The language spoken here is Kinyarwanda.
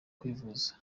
kwivuza